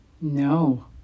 No